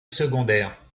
secondaire